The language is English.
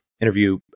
interview